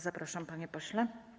Zapraszam, panie pośle.